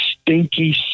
stinky